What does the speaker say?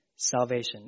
salvation